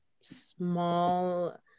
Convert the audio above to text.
small